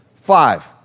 Five